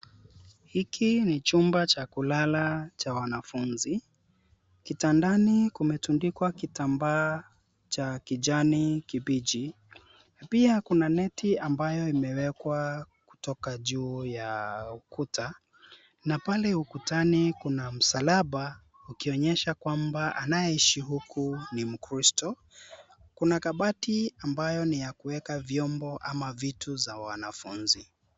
Hiki ni chumba cha kulala cha wanafunzi. Kitandani kumetundikwa kitambaa cha kijani kibichi na pia kuna neti ambayo imewekwa kutoka juu ya ukuta na pale ukutani kuna msalaba ukionyesha kwamba anayeishi huku ni mkristu. Kuna kabati ambayo ni ya kuweka vyombo ama vitu za wanafunzi.